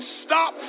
stop